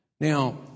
Now